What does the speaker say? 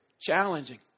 challenging